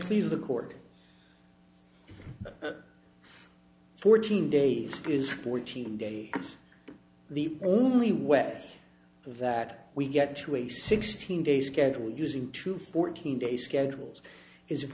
please the court fourteen days is fourteen days it's the only way that we get to a sixteen day schedule using true fourteen day schedules is if